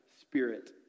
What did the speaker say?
spirit